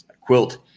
quilt